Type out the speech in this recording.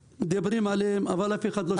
מדברים על כל זה אבל אף אחד לא מפצה.